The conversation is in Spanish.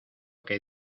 que